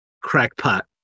crackpot